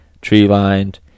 Tree-lined